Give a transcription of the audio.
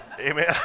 Amen